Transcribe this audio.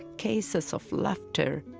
cases of laughter.